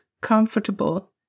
comfortable